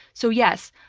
so yes,